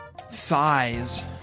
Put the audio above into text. Thighs